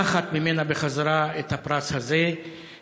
לקחת ממנה בחזרה את הפרס הזה,